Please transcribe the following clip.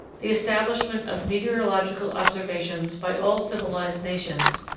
the establishment of meteorological observations by all civilised nations,